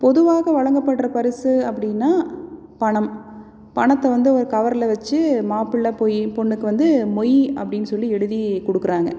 பொதுவாக வழங்கப்படுற பரிசு அப்படினா பணம் பணத்தை வந்து ஒரு கவரில் வச்சு மாப்பிள்ளை போய் பொண்ணுக்கு வந்து மொய் அப்படினு சொல்லி எழுதி கொடுக்குறாங்க